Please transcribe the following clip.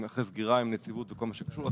אחרי סגירה עם נציבות וכל מה שקשור לכך,